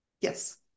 Yes